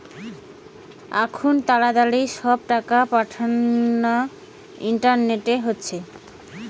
আখুন তাড়াতাড়ি সব টাকা পাঠানা ইন্টারনেটে হচ্ছে